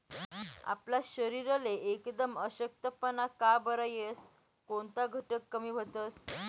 आपला शरीरले एकदम अशक्तपणा का बरं येस? कोनता घटक कमी व्हतंस?